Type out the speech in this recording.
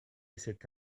cette